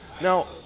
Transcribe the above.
Now